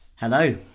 Hello